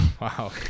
Wow